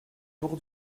tour